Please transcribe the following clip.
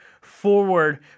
forward